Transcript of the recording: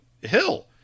Hill